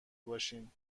باشین